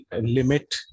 limit